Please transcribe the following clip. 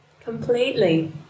Completely